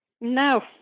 No